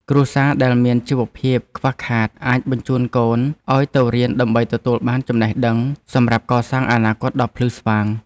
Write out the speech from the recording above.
គ្រួសារដែលមានជីវភាពខ្វះខាតអាចបញ្ជូនកូនឱ្យទៅរៀនដើម្បីទទួលបានចំណេះដឹងសម្រាប់កសាងអនាគតដ៏ភ្លឺស្វាង។